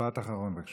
משפט אחרון, בבקשה.